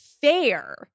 fair